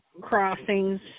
crossings